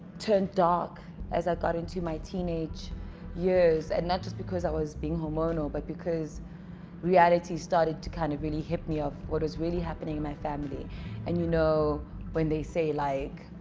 turned dark as i got into my teenage years and not just because i was being hormonal but because reality started to kind of really hit me of what was really happening in my family and you know when they say like